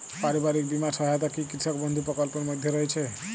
পারিবারিক বীমা সহায়তা কি কৃষক বন্ধু প্রকল্পের মধ্যে রয়েছে?